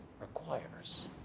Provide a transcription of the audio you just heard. requires